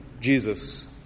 Jesus